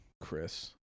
Chris